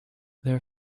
their